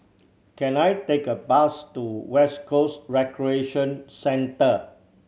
can I take a bus to West Coast Recreation Centre